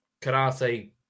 Karate